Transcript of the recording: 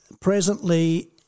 presently